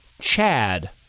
Chad